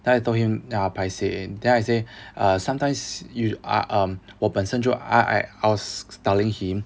then I told him ah paiseh then I say err sometimes you ah um 我本身就 ah I'm I was telling him